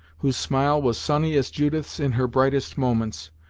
whose smile was sunny as judith's in her brightest moments,